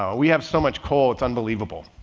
um we have so much coal, it's unbelievable.